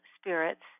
spirits